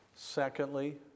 Secondly